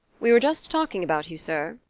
we were just talking about you, sir,